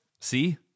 See